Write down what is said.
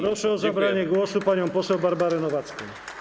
Proszę o zabranie głosu panią poseł Barbarę Nowacką.